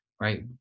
right